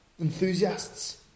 enthusiasts